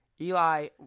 Eli